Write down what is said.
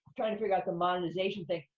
trying to figure out the monetization thing,